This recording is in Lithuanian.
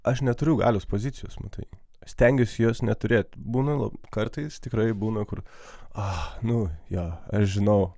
aš neturiu galios pozicijos matai stengiuosi jos neturėt būna kartais tikrai būna kur a nu jo aš žinau